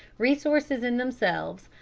resources in themselves,